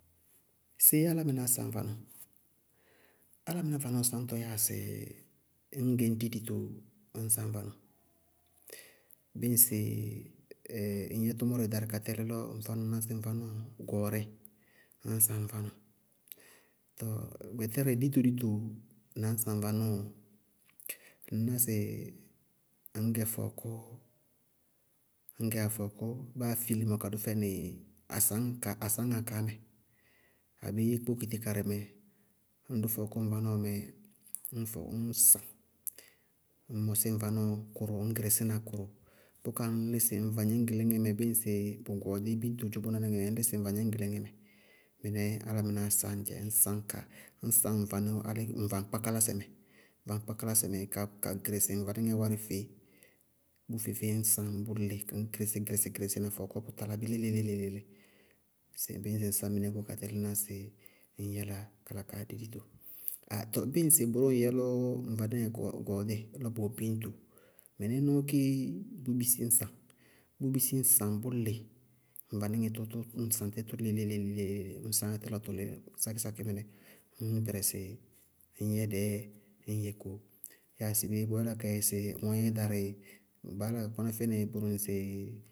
Séé álámɩnáá sañ vanɔɔ? Álámɩná vanɔɔ sañtɔ yáa sɩ ñ ŋñ gɛ ñ dí dito, ññ saŋ vanɔɔ. Bíɩ ŋsɩ ɛŋyɛ tʋmʋrɛ darɩ ka tɛlɩ lɔ ŋná sɩ ŋ vanɔɔ gɔɔríɩ, ññ saŋ ŋ vanɔɔ, tɔɔ gbɛtɛrɛ dito dito na ñ saŋ ŋ vanɔɔ, ŋñná sɩ ŋñ gɛ fɔɔkɔ, ñ gɛyá fɔɔkɔ, báá fɩlímɔ dʋ fɛnɩ asaŋkaá- asañŋaŋkaá mɛ, abéé kpokiti karɩ mɛ, ññ dʋ fɔɔkɔ ŋ vanɔɔ mɛ ññ fɔ ññ saŋ, ŋñ mɔsí ŋ vanɔɔ kʋrʋ ŋñ gɩrɩsína kʋrʋ, bʋká ŋñ lísɩ ŋ vagníñgɩlíŋɛ mɛ bíɩ ŋsɩ bʋ gɔɔdíɩ biñto dzʋ bʋná níŋɛ mɛ, ŋñ lísɩ ŋ vagníñgɩlíŋɛ mɛ, mɩnɛɛ álámɩnáá saññ dzɛ, ŋñ sañ ka ŋñ sañ ŋ vanɔɔ álɩ ŋ vaŋkpákalásɛ mɛ, vaŋkpákalásɛ mɛ, ka ka gɩrɩsɩ ŋ vanɩŋɛ wárɩ feé. Bʋ feé-feé ñ saŋ bʋ lɩ ŋñ gɩrɩsí gɩrɩsɩ gɩrɩsɩ na fɔɔkɔ bʋ tala bí léle-léle. Bíɩ ŋsɩ ŋ sañ mɩnɛ ka tɛlɩ ŋñná sɩ ŋñ yála ka la kaa di dito. Aah too bíɩ ŋsɩ bʋrʋʋ ŋyɛ lɔ ŋ vanɩŋɛ wɛ biñto, ŋ vanɩŋɛ gɔɔdíɩ, lɔ bʋ wɛ biñto, mɩnɛ nɔɔ kéé bʋʋ bisí ñ saŋ bʋʋ bisí ñ saŋ bʋlɩ, ŋ vanɩŋɛ tʋ, ñ saŋ tí tʋ lɩ léle-léle. Ñ sañŋá tí lɔ bʋ lí sákísákí mɩnɛ ññ bɛrɛsɩ ŋñ yɛ dɛɛ ñŋ yɛ kóo. Yáa sɩ bé bʋʋ yála ka yɛ sɩ ŋwɛ ŋñyɛ darɩ bala bʋna fɛnɩ bʋrʋ ŋsɩ.